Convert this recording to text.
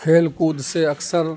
کھیل کود سے اکثر